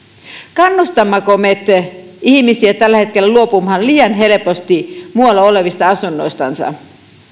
kannustammeko me ihmisiä tällä hetkellä luopumaan liian helposti muualla olevista asunnoistansa